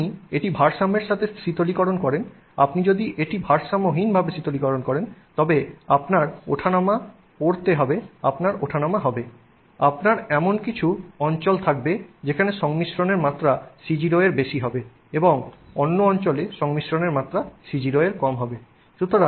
যদি আপনি এটি ভারসাম্যের সাথে শীতলীকরণ করেন আপনি যদি এটি ভারসাম্যহীনভাবে শীতলকরণ করেন তবে আপনার ওঠানামা পড়তে হবেআপনার ওঠানামা হবে আপনার এমন কিছু অঞ্চল থাকবে যেখানে সংমিশ্রনের মাত্রা C0 এর থেকে বেশি হবে এবং অন্য অঞ্চলে সংমিশ্রনের মাত্রা C0 থেকে কম হবে